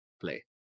play